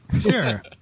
Sure